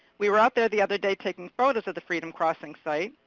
we were out there the other day taking photos of the freedom crossing site,